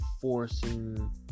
forcing